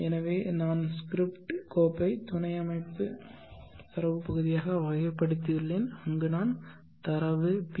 எனவே நான் ஸ்கிரிப்ட் கோப்பை துணை அமைப்பு தரவு பகுதியாக வகைப்படுத்தியுள்ளேன் அங்கு நான் தரவு பி